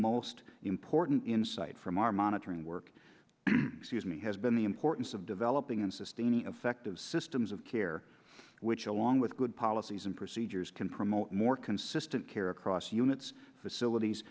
most important insight from our monitoring work has been the importance of developing and sustaining effective systems of care which along with good policies and procedures can promote more consistent care across units facilities